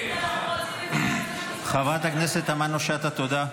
חברת הכנסת תמנו שטה,